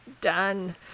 Done